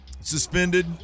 suspended